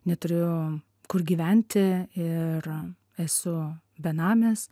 neturiu kur gyventi ir esu benamis